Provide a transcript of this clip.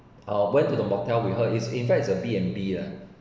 I went to the motel with her is in fact is a B_N_B ah